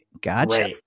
Gotcha